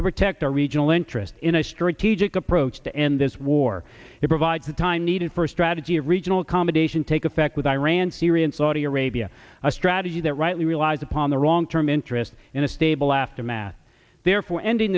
to protect our regional interests in a strategic approach to end this war it provides the time needed for a strategy of regional accommodation take effect with iran syria and saudi arabia a strategy that rightly relies upon the wrong term interests in a stable aftermath therefore ending